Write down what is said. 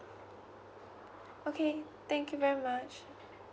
okay thank you very much